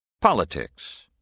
Politics